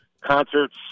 concerts